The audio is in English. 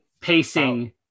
Pacing